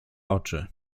oczy